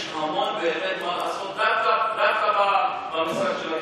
יש בהחלט המון מה לעשות רק בנושא של התיירות.